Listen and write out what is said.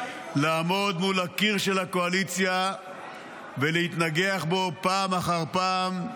ראינו --- לעמוד מול הקיר של הקואליציה ולהתנגח בו פעם אחר פעם,